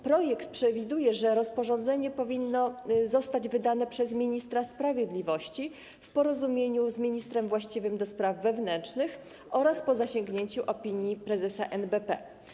Projekt przewiduje, że rozporządzenie powinno zostać wydane przez ministra sprawiedliwości w porozumieniu z ministrem właściwym do spraw wewnętrznych oraz po zasięgnięciu opinii prezesa NBP.